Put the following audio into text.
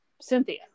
cynthia